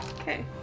Okay